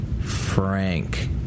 Frank